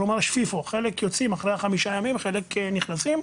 כלומר יש FIFO חלק יוצאים אחרי חמישה ימים וחלק נכנסים,